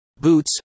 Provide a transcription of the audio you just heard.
boots